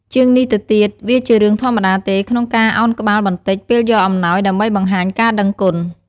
ជាងនេះទៅទៀត វាជារឿងធម្មតាទេក្នុងការឱនក្បាលបន្តិចពេលយកអំណោយដើម្បីបង្ហាញការដឹងគុណ។